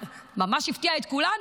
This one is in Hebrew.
ממש הפתיע את כולנו,